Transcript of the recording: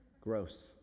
Gross